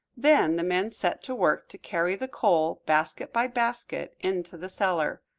then the men set to work to carry the coal, basket by basket, into the cellar.